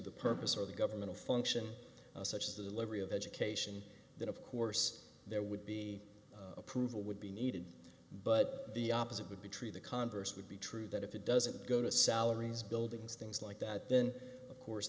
the purpose or the government a function such as the delivery of education then of course there would be approval would be needed but the opposite would be true the converse would be true that if it doesn't go to salaries buildings things like that then of course